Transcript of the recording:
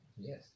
Yes